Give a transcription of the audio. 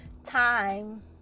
time